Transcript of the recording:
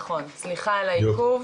סליחה על העיכוב,